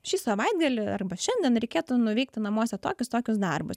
šį savaitgalį arba šiandien reikėtų nuveikti namuose tokius tokius darbus